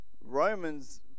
Romans